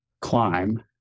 climb